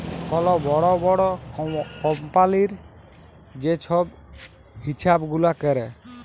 call বড় বড় কম্পালির যে ছব হিছাব গুলা ক্যরে